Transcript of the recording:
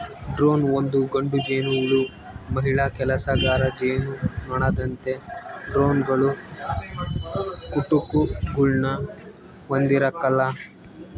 drone ಒಂದು ಗಂಡು ಜೇನುಹುಳು ಮಹಿಳಾ ಕೆಲಸಗಾರ ಜೇನುನೊಣದಂತೆ ಡ್ರೋನ್ಗಳು ಕುಟುಕುಗುಳ್ನ ಹೊಂದಿರಕಲ್ಲ